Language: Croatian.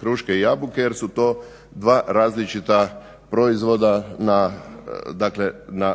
kruške i jabuke jer su to dva različita proizvoda na,